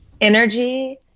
energy